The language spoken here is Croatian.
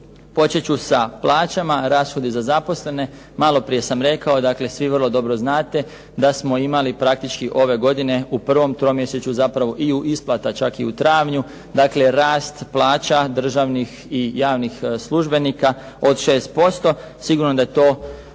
Počet ću sa plaćama, rashodi za zaposlene. Malo prije sam rekao, dakle svi vrlo dobro znate da smo imali praktički ove godine u prvom tromjesečju zapravo i u isplata čak i u travnju, dakle rast plaća državnih i javnih službenika od 6%. Sigurno da je to utjecalo